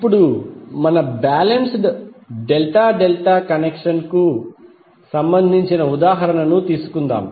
ఇప్పుడు మన balanced delta delta connection కు సంబంధించిన ఉదాహరణను తీసుకుందాం